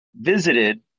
visited